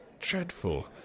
dreadful